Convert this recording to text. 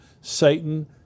Satan